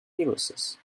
viruses